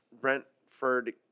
Brentford